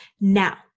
Now